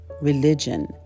religion